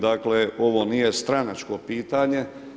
Dakle, ovo nije stranačko pitanje.